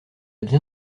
bien